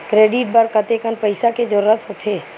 Credit बर कतेकन पईसा के जरूरत होथे?